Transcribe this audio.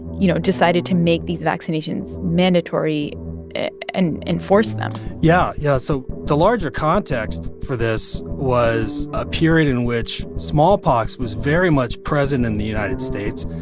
you know, decided to make these vaccinations mandatory and enforce them yeah. yeah. so the larger context for this was a period in which smallpox was very much present in the united states.